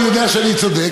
אני יודע שהוא צודק,